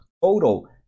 total